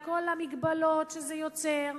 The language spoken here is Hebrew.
על כל המגבלות שזה יוצר,